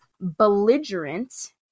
belligerent